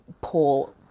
poor